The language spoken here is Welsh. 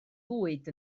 fwyd